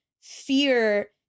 fear